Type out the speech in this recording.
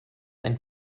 ein